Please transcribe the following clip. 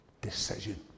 Decision